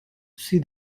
see